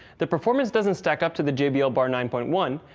the performance doesn't stack up to the jbl bar nine point one,